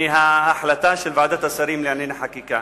מההחלטה של ועדת השרים לענייני חקיקה,